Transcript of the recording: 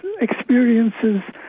experiences